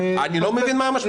אני לא מבין מה המשמעות?